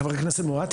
חבר הכנסת מואטי,